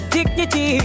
Dignity